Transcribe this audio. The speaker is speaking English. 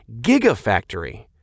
Gigafactory